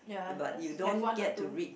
but you don't get to read